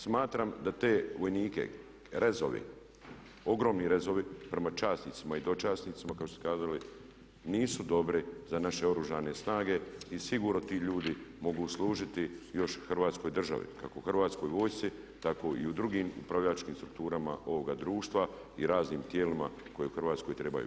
Smatram da te vojnike rezovi, ogromni rezovi prema časnicima i dočasnicima kao što ste kazali nisu dobri za naše Oružane snage i sigurno ti ljudi mogu služiti još Hrvatskoj državi, kako u Hrvatskoj vojsci tako i u drugim upravljačkim strukturama ovoga društva i raznim tijelima koja u Hrvatskoj trebaju.